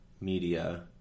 media